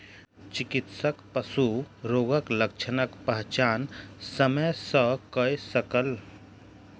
चिकित्सक पशु रोगक लक्षणक पहचान समय सॅ कय सकल